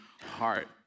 heart